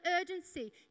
urgency